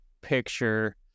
picture